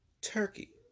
Turkey